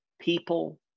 people